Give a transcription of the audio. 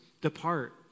depart